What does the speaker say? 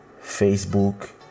Facebook